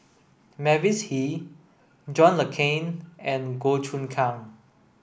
Mavis Hee John Le Cain and Goh Choon Kang